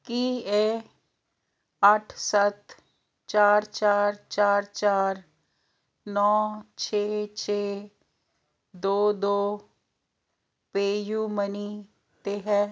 ਕੀ ਇਹ ਅੱਠ ਸੱਤ ਚਾਰ ਚਾਰ ਚਾਰ ਚਾਰ ਨੌ ਛੇ ਛੇ ਦੋ ਦੋ ਪੇਯੂ ਮਨੀ 'ਤੇ ਹੈ